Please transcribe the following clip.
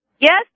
Yes